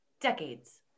decades